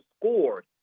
scored